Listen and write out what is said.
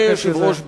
אדוני היושב-ראש,